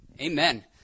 Amen